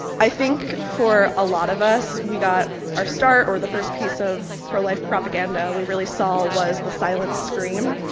i think, for a lot of us, we got our start, or the first piece of pro-life propaganda we really saw was the silent scream.